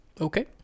Okay